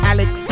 Alex